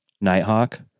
Nighthawk